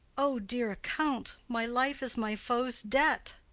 o dear account! my life is my foe's debt.